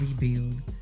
rebuild